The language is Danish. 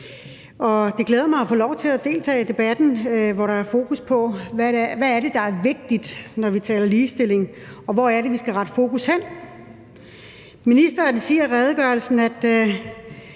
Det glæder mig at få lov til at deltage i debatten, hvor der er fokus på: Hvad er det, der er vigtigt, når vi taler ligestilling? Og hvor er det, vi skal rette fokus hen? Ministeren siger i redegørelsen, at